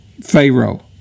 Pharaoh